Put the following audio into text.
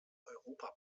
europa